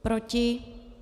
Proti?